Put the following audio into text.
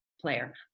player